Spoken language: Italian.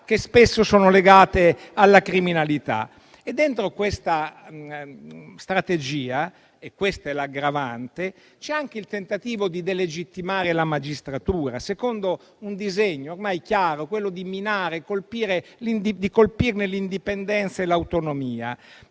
che spesso sono legate alla criminalità. Dentro questa strategia - e questa è l'aggravante - c'è anche il tentativo di delegittimare la magistratura secondo un disegno ormai chiaro, quello di minare e colpirne l'indipendenza e l'autonomia,